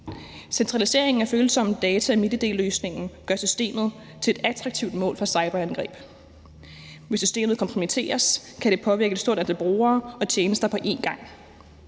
Centraliseringen af følsomme data i MitID-løsningen gør systemet til et attraktivt mål for cyberangreb. Hvis systemet kompromitteres, kan det påvirke et stort antal brugere og tjenester på en gang.